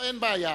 אין בעיה.